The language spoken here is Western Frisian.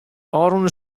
ofrûne